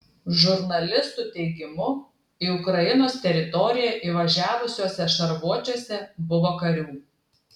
žurnalistų teigimu į ukrainos teritoriją įvažiavusiuose šarvuočiuose buvo karių